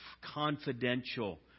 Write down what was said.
confidential